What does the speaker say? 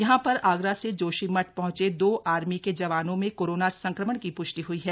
यहां पर आगरा से जोशीमठ पहंचे दो आर्मी के जवानों में कोरोना संक्रमण की प्ष्टि हई है